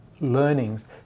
learnings